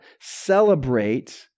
celebrate